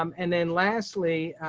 um and then lastly,